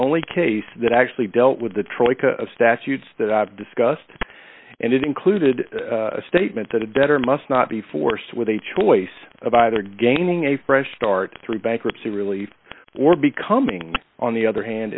only case that actually dealt with the troika statutes that i've discussed and it included a statement that had better must not be forced with a choice of either gaining a fresh start through bankruptcy relief or becoming on the other hand